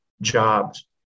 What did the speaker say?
jobs